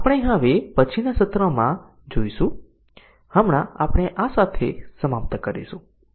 તેથી અમે અહીં રોકાઈશું અને આગામી સત્રમાં MC DC ટેસ્ટીંગ પર ફરીથી ચર્ચા કરીશું